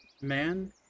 man